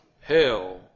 Hell